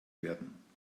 werden